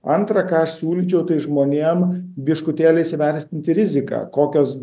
antra ką aš siūlyčiau tai žmonėm biškutėlį įvertinti riziką kokios